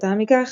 כתוצאה מכך